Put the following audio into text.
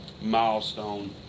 milestone